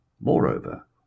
moreover